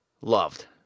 loved